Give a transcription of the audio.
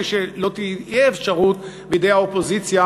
כי לא תהיה אפשרות בידי האופוזיציה